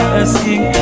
asking